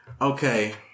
Okay